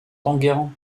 d’enguerrand